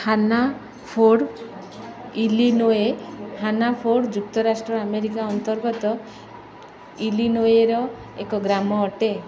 Hanaford Illinois Hanaford ଯୁକ୍ତରାଷ୍ଟ୍ର America ଅନ୍ତର୍ଗତ ଇଲିନୋଏର ଏକ ଗ୍ରାମ ଅଟେ